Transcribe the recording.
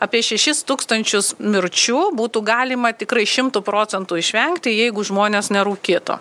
apie šešis tūkstančius mirčių būtų galima tikrai šimtu procentų išvengti jeigu žmonės nerūkytų